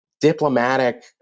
diplomatic